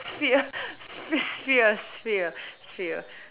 sphere sphere sphere sphere